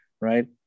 Right